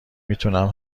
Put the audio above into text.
میتونم